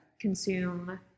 consume